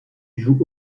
joue